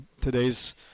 today's